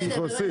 צריך להוסיף.